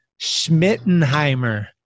Schmittenheimer